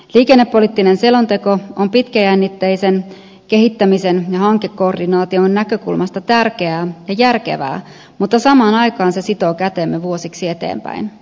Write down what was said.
liikennepoliittinen selonteko on pitkäjännitteisen kehittämisen ja hankekoordinaation näkökulmasta tärkeää ja järkevää mutta samaan aikaan se sitoo kätemme vuosiksi eteenpäin